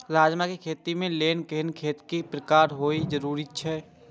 राजमा के खेती के लेल केहेन खेत केय प्रकार होबाक जरुरी छल?